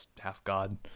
half-god